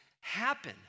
happen